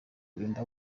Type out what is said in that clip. burinda